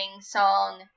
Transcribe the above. song